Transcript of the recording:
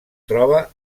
troba